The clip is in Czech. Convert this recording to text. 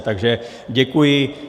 Takže děkuji.